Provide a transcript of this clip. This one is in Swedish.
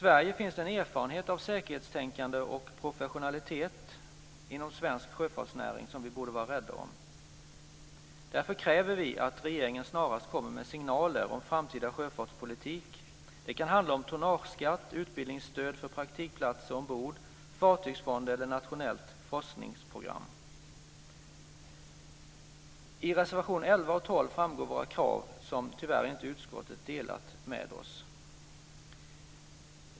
Vi har en erfarenhet av säkerhetstänkande och professionalitet inom svensk sjöfartsnäring som vi borde vara rädda om. Därför kräver vi att regeringen snarast kommer med signaler om framtida sjöfartspolitik. Det kan handla om tonnageskatt, utbildningsstöd för praktikplatser ombord, fartygsfonder eller ett nationellt forskningsprogram. I reservationerna nr 11 och 12 framgår våra krav, som utskottet tyvärr inte delar med oss.